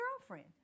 girlfriend